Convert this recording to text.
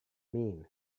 mean